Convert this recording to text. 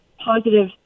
positive